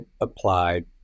applied